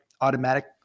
automatic